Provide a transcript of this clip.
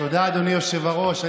תודה, אדוני היושב-ראש.